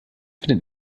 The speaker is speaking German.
findet